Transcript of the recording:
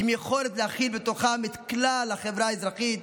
עם יכולת להכיל את כלל החברה האזרחית,